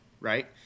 right